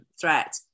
threat